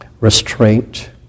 restraint